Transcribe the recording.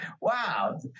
wow